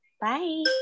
Bye